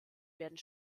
werden